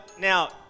now